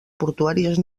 portuàries